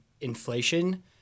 inflation